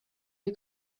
you